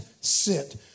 sit